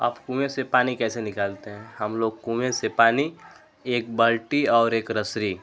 आप कुएँ से पानी कैसे निकालते हैं हम लोग कुएँ से पानी एक बाल्टी और एक रसरी